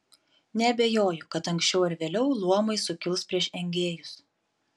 neabejoju kad anksčiau ar vėliau luomai sukils prieš engėjus